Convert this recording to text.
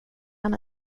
han